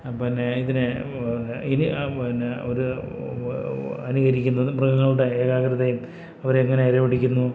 പിന്നെ ഇതിന് ഇനി പിന്നെ ഒരു അനുകരിക്കുന്നതും മൃഗങ്ങളുടെ ഏകാഗ്രതയും അവർ എങ്ങനെ ഇര പിടിക്കുന്നു